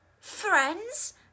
Friends